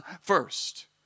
first